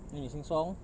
then they sing song